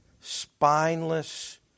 spineless